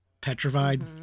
petrified